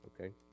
Okay